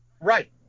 Right